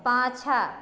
पाछाँ